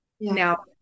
now